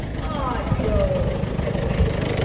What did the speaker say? ah, joe! said the major,